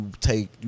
take